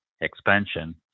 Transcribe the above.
expansion